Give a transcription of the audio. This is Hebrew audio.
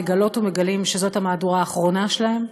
מגלות ומגלים שזאת המהדורה האחרונה שלהם,